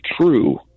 true